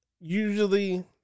usually